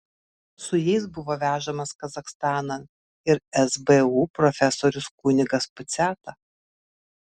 su jais buvo vežamas kazachstanan ir sbu profesorius kunigas puciata